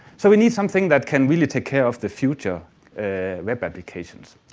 so we need something that can really take care of the future web applications.